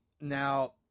Now